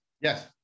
Yes